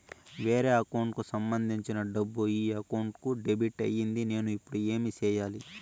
వేరే అకౌంట్ కు సంబంధించిన డబ్బు ఈ అకౌంట్ కు డెబిట్ అయింది నేను ఇప్పుడు ఏమి సేయాలి